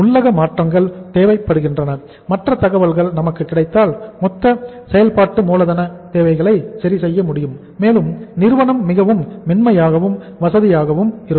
உள்ளக மாற்றங்கள் தேவைப்படுகிறது மற்ற தகவல்கள் நமக்கு கிடைத்தால் மொத்த செயல்பாட்டு மூலதன தேவைகளை சரிசெய்ய முடியும் மேலும் நிறுவனம் மிகவும் மென்மையாகவும் வசதியாகவும் இருக்கும்